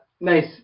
Nice